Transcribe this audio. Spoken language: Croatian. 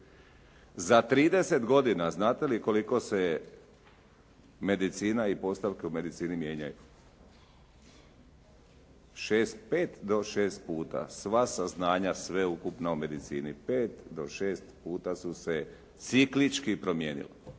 Za 30 godina znate li koliko se medicina i postavke u medicini mijenjaju. Pet do šest puta, sva saznanja sveukupno u medicini pet do šest puta su se ciklički promijenilo.